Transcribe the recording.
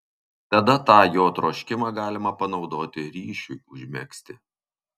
tada tą jo troškimą galima panaudoti ryšiui užmegzti